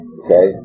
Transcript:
okay